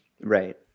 Right